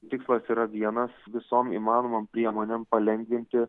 tikslas yra vienas visom įmanomom priemonėm palengvinti